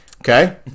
Okay